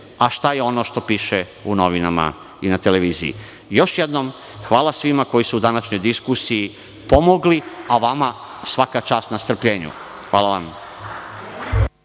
a šta je ono što piše u novinama i na televiziji. Još jednom, hvala svima koji su u današnjoj diskusiji pomogli, a vama svaka čast na strpljenju. Hvala vam.